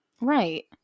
Right